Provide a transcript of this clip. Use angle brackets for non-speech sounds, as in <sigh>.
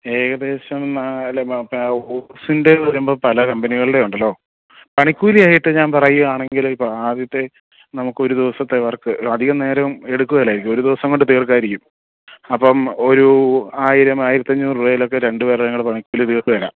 ഏകദേശം നാല് <unintelligible> ഓസിൻ്റെ എന്ന് പറയുമ്പോൾ പല കമ്പനികളുടെയുണ്ടല്ലോ പണിക്കൂലി ആയിട്ട് ഞാൻ പറയുകയാണെങ്കിൽ ഇപ്പോൾ ആദ്യത്തെ നമുക്കൊരു ദിവസത്തെ വർക്ക് അധികം നേരം എടുക്കുവേലായിരിക്കും ഒരു ദിവസംകൊണ്ട് തീർക്കാമായിരിക്കും അപ്പം ഒരു ആയിരം ആയിരത്തഞ്ഞൂറ് രൂപയിലൊക്കെ രണ്ടു പേരുടെയുംകൂടെ പണിക്കൂലി തീർത്തുതരാം